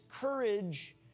courage